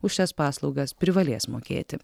už šias paslaugas privalės mokėti